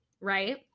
right